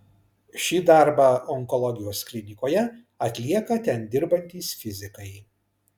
šį darbą onkologijos klinikoje atlieka ten dirbantys fizikai